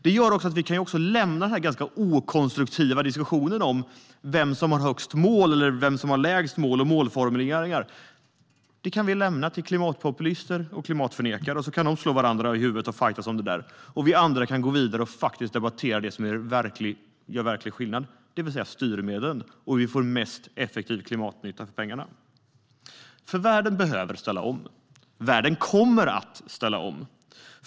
Det gör också att vi kan lämna den okonstruktiva diskussionen om vem som har högst mål, lägst mål och målformuleringar. Det kan vi lämna till klimatpopulister och klimatförnekare, och sedan kan de slå varandra i huvudet och fajtas om det medan vi andra kan gå vidare och debattera det som gör verklig skillnad, det vill säga styrmedel och hur vi kan få mest effektiv klimatnytta för pengarna. Världen behöver ställa om. Världen kommer att ställa om.